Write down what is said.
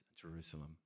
Jerusalem